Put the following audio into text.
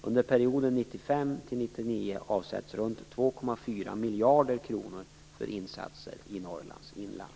Under perioden 1995-1999 avsätts runt 2,4 miljarder kronor för insatser i Norrlands inland.